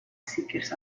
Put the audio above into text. seekers